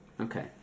Okay